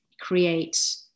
create